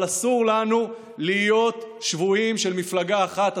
אבל אסור לנו להיות שבויים של מפלגה אחת,